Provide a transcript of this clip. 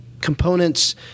components